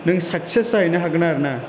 नों साकसेस जाहैनो हागोन आरो ना